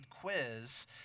quiz